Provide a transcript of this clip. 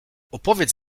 opowiedz